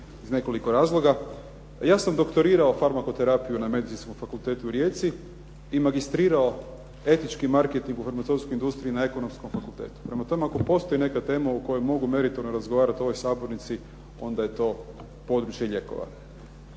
iz nekoliko razloga. Ja sam doktorirao ../Govornik se ne razumije./… terapiju na Medicinskom fakultetu u Rijeci i magistrirao etički marketing u farmaceutskoj industriji na ekonomskom fakultetu. Prema tome, ako postoji neka tema u kojoj mogu meritorno razgovarati u ovoj sabornici onda je to područje lijekova.